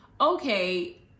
okay